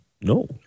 No